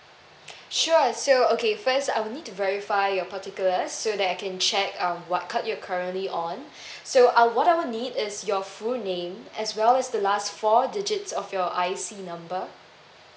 sure so okay first I would need to verify your particulars so that I can check um what card you're currently on so uh what I will need is your full name as well as the last four digits of your I_C number